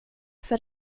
för